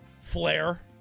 flare